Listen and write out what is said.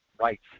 rights